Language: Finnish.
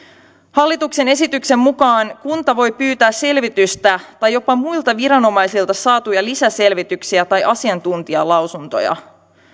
hallituksen esityksen mukaan kunta voi pyytää selvitystä tai jopa muilta viranomaisilta saatuja lisäselvityksiä tai asiantuntijalausuntoja